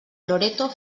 loreto